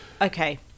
Okay